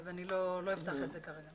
אני לא אפתח את זה כרגע.